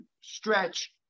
stretch